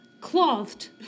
clothed